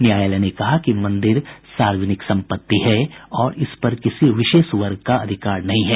न्यायालय ने कहा कि मंदिर सार्वजनिक संपत्ति है और इस पर किसी विशेष वर्ग का अधिकार नहीं है